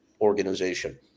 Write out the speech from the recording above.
organization